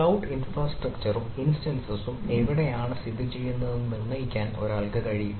cloud ഇൻഫ്രാസ്ട്രക്ചറും ഇൻസ്റ്റൻസ്ഉം എവിടെയാണ് സ്ഥിതിചെയ്യുന്നതെന്ന് നിർണ്ണയിക്കാൻ ഒരാൾക്ക് കഴിയും